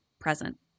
present